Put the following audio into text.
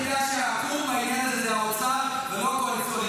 רק תדע שהעקום בעניין הזה זה האוצר ולא הקואליציוני,